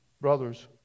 Brothers